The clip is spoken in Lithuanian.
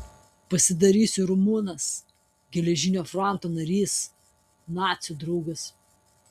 pasidarysiu rumunas geležinio fronto narys nacių draugas